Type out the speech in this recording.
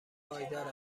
پایدار